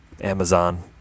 Amazon